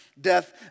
Death